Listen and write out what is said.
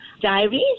diaries